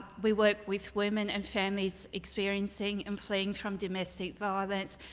we work with women and families experiencing and fleeing from domestic violence.